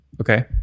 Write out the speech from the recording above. Okay